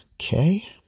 Okay